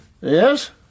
Yes